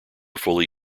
fully